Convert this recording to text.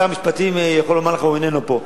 שר המשפטים יכול לומר לך, הוא איננו פה.